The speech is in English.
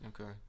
Okay